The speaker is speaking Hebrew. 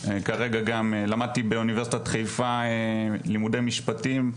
למדתי באוניברסיטת חיפה לימודי משפטים,